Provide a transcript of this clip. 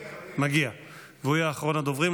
מגיע, והוא יהיה אחרון הדוברים.